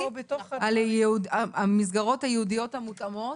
על המסגרות הייעודיות המותאמות,